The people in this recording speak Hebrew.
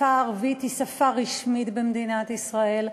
השפה הערבית היא שפה רשמית במדינת ישראל.